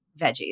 veggies